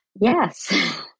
Yes